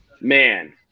man